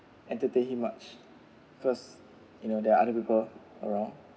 entertain him much first you know there are other people around